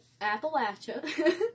Appalachia